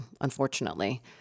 unfortunately